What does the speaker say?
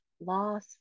loss